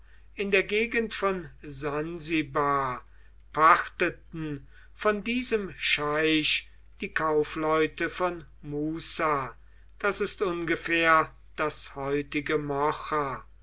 in der gegend von sansibar pachteten von diesem scheich die kaufleute von muza das ist ungefähr das heutige